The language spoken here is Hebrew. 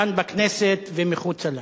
כאן בכנסת ומחוץ לה,